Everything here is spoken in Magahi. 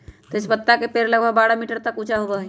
तेजपत्ता के पेड़ लगभग बारह मीटर तक ऊंचा होबा हई